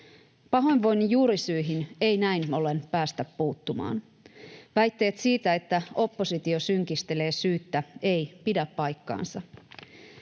Pahoinvoinnin juurisyihin ei näin ollen päästä puuttumaan. Väitteet siitä, että oppositio synkistelee syyttä, eivät pidä paikkaansa.